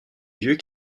vieux